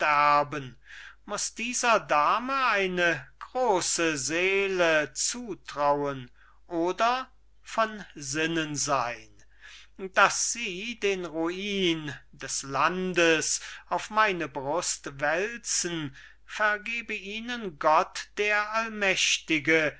verderben muß dieser dame eine große seele zutrauen oder von sinnen sein daß sie den ruin des landes auf meine brust wälzen vergebe ihnen gott der allmächtige